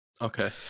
Okay